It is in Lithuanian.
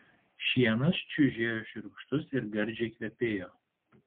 šienas čiužėjo šiurkštus ir gardžiai kvepėjo